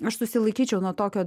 aš susilaikyčiau nuo tokio